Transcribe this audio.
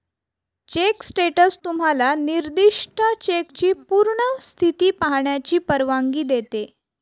check status तुम्हाला निर्दिष्ट चेकची पूर्ण स्थिती पाहण्याची परवानगी देते